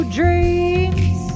dreams